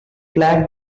flagged